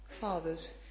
Fathers